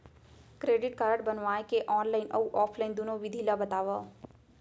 Credit card बनवाए के online अऊ ऑफलाइन दुनो विधि ला बतावव?